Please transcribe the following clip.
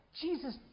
Jesus